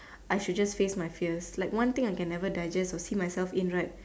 I should just face my fear like one thing I can never digest or see myself in right